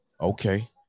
Okay